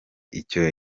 icyo